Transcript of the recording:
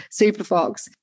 Superfox